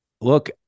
look